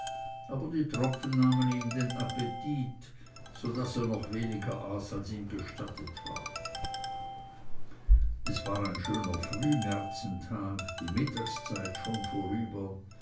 aber die tropfen nahmen ihm den appetit so daß er noch weniger aß als ihm gestattet war es war ein schöner frühmärzentag die mittagszeit schon vorüber